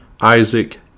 Isaac